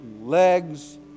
legs